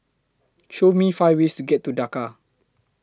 Show Me five ways to get to Dhaka